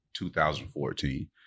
2014